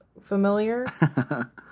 familiar